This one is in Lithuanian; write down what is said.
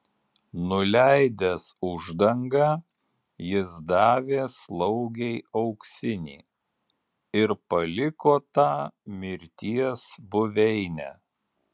nuleidęs uždangą jis davė slaugei auksinį ir paliko tą mirties buveinę